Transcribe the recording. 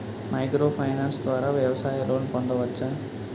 Micro finance ద్వారా వ్యవసాయ loan పొందవచ్చా?